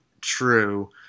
true